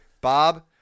Bob